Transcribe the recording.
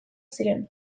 ziren